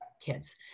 kids